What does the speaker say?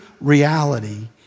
reality